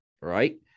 right